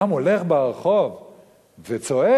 כשאדם הולך ברחוב וצועד,